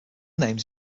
names